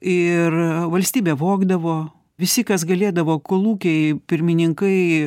ir valstybė vogdavo visi kas galėdavo kolūkiai pirmininkai